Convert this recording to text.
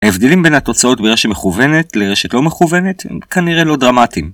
ההבדילים בין התוצאות ברשת מכוונת לרשת לא מכוונת כנראה לא דרמטיים